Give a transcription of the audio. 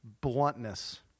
bluntness